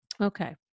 Okay